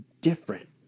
different